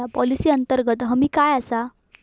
Policy अंतर्गत हमी काय आसा?